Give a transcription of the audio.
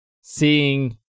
seeing